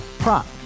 Prop